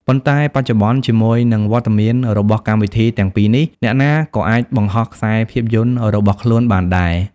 ប៉ុន្តែបច្ចុប្បន្ន ជាមួយនឹងវត្តមានរបស់កម្មវិធីទាំងពីរនេះ អ្នកណាក៏អាចបង្ហោះខ្សែភាពយន្តរបស់ខ្លួនបានដែរ។